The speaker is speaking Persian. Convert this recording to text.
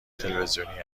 تلویزیونی